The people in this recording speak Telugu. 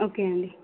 ఓకే అండి